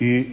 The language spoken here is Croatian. I